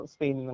Spain